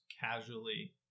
casually